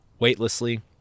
weightlessly